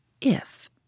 If